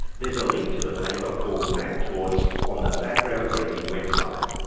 there's a link to the paper, called mctorts on the background briefing website.